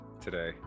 today